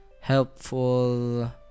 helpful